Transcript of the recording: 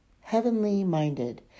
heavenly-minded